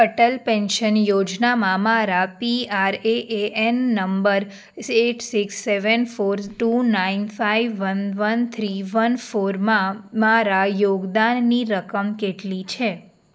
Atal pension યોજનામાં મારા PRAN number eight six seven four two nine five one one three one ફોરમાં મારા યોગદાનની રકમ કેટલી છે